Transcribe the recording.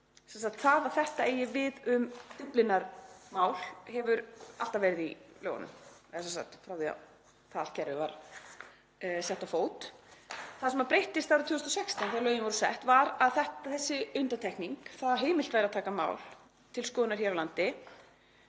það að þetta eigi við um Dyflinnarmál, hefur alltaf verið í lögunum eða frá því að allt það kerfi var setti á fót. Það sem breyttist árið 2016, þegar lögin voru sett, var að þessi undantekning, þ.e. að heimilt væri að taka mál til skoðunar hér á landi,